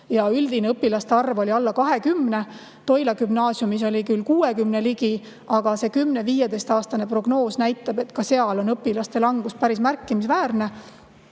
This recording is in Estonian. ja üldine õpilaste arv oli alla 20. Toila Gümnaasiumis on küll 60 ligi, aga 10–15 aasta prognoos näitab, et ka seal on õpilaste [arvu] langus päris märkimisväärne.